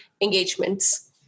engagements